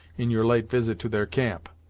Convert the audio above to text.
in your late visit to their camp.